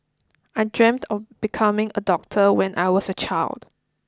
I dreamt of becoming a doctor when I was a child